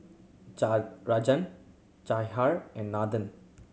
Rajan Jahangir and Nathan